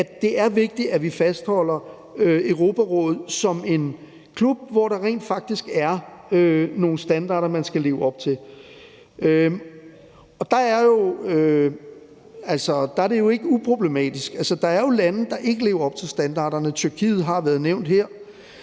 det er vigtigt, at vi fastholder Europarådet som en klub, hvor der rent faktisk er nogle standarder, man skal leve op til. Det er ikke uproblematisk, for der er jo lande, der ikke lever op til standarderne. Tyrkiet har været nævnt her.